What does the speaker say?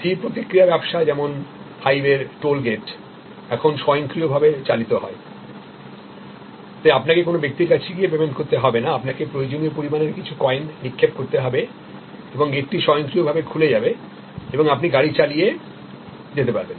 স্থির প্রতিক্রিয়া ব্যবস্থা যেমন হাইওয়ের টোল গেট এখন স্বয়ংক্রিয়ভাবে চালিত হয় তাইআপনাকে কোন ব্যক্তির কাছে গিয়ে পেমেন্ট করতে হবে না আপনাকে প্রয়োজনীয় পরিমাণের কিছু কয়েন নিক্ষেপ করতে হবে এবং গেটটি স্বয়ংক্রিয়ভাবে খুলে যাবে এবং আপনি গাড়ি চালিয়ে যেতে পারবেন